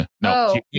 No